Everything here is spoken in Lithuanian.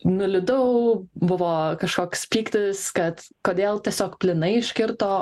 nuliūdau buvo kažkoks pyktis kad kodėl tiesiog plynai iškirto